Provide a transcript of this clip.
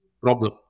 problem